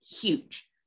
huge